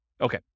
okay